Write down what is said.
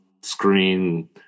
screen